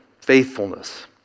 faithfulness